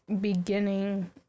beginning